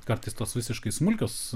kartais tos visiškai smulkios